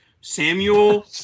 Samuel